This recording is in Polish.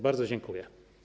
Bardzo dziękuję.